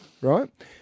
right